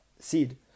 seed